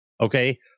okay